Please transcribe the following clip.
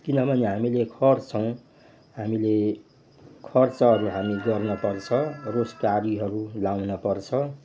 किनभने हामीले खट्छौँ हामीले खर्चहरू हामीले गर्नपर्छ रोजगारीहरू लाउनपर्छ